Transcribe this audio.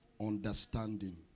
Understanding